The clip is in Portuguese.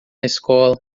escola